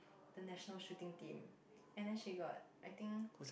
the national shooting team and then she got I think